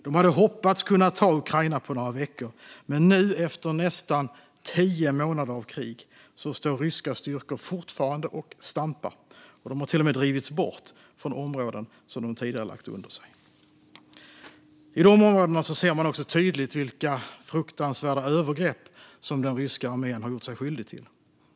De hade hoppats kunna ta Ukraina på några veckor, men efter nästan tio månader av krig står ryska styrkor fortfarande och stampar. De har till och med drivits bort från områden som de tidigare lagt under sig. I dessa områden ser man också tydligt vilka fruktansvärda övergrepp den ryska armén gjort sig skyldig till.